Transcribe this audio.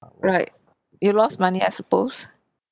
right you lost money I suppose